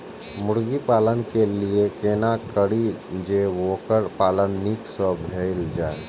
मुर्गी पालन के लिए केना करी जे वोकर पालन नीक से भेल जाय?